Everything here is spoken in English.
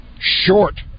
short